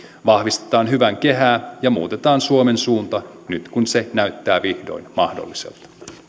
vahvistetaan hyvän kehää ja muutetaan suomen suunta nyt kun se näyttää vihdoin mahdolliselta